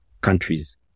countries